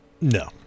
No